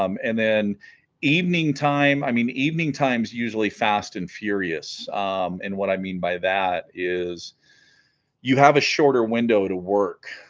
um and then evening time i mean evening times usually fast and furious and what i mean by that is you have a shorter window to work